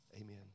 Amen